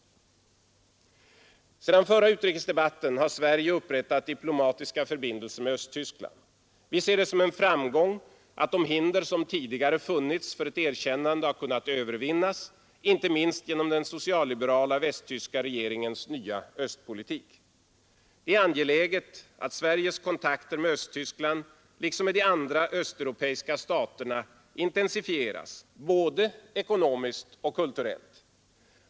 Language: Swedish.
Sedan förra utrikesdebatten har Sverige upprättat diplomatiska förbindelser med Östtyskland. Vi ser det som en framgång att de hinder som tidigare funnits för ett erkännande har kunnat övervinnas, inte minst genom den socialliberala västtyska regeringens nya östpolitik. Det är angeläget att Sveriges kontakter med Östtyskland liksom med de andra östeuropeiska staterna intensifieras, både ekonomiskt och kulturellt.